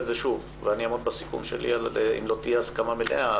ואעמוד בסיכום שלי אם לא תהיה הסכמה מלאה,